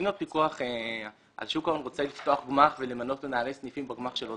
אם הפיקוח על שוק ההון רוצה לפתוח גמ"ח ולמנות מנהלי סניפים בגמ"ח שלו,